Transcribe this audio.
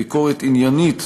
ביקורת עניינית,